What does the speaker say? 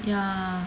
ya